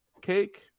Cake